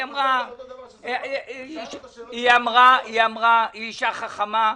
היא אישה חכמה,